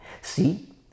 See